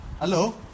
Hello